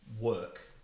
work